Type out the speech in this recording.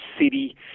city